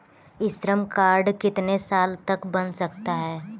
ई श्रम कार्ड कितने साल तक बन सकता है?